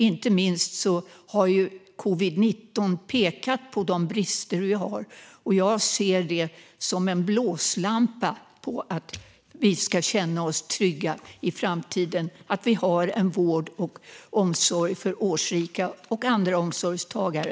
Inte minst covid-19 har pekat på de brister vi har, och jag ser det som en blåslampa för att vi i framtiden ska kunna känna oss trygga med att vi har en vård och omsorg värd namnet för årsrika och andra omsorgstagare.